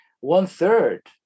one-third